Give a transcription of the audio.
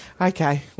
Okay